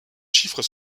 chiffres